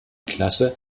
klasse